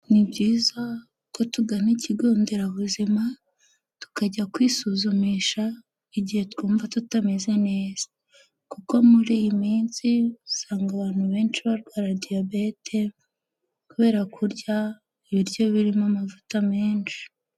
Ni byiza ko tugana ikigo nderabuzima tukajya kwisuzumisha, igihe twumva tutameze neza, kuko muri iyi minsi usanga abantu benshi barwara diyabete kubera kurya ibiryo birimo amavuta menshi.